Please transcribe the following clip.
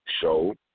show